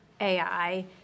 AI